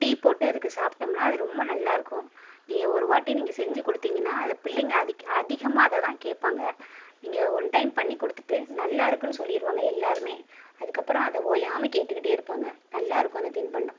tea போட்டு அதுக்கு சாப்பிட்டம்ன்னா அது ரொம்ப நல்லாயிருக்கும் நீங்கள் ஒரு வாட்டி நீங்கள் செஞ்சு கொடுத்தீங்கன்னா அதை பிள்ளைங்க அதிக் அதிகமாக அதை தான் கேட்பாங்க நீங்கள் ஒன் டைம் பண்ணி கொடுத்துட்டு நல்லாயிருக்குன்னு சொல்லிருவாங்க எல்லோருமே அதுக்கு அப்புறம் அதை ஓயாமல் கேட்டுகிட்டே இருப்பாங்க நல்லாயிருக்கும் அந்த தின்பண்டம்